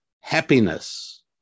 happiness